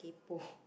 kaypo